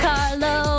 Carlo